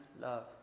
love